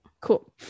Cool